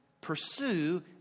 pursue